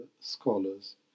scholars